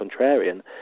contrarian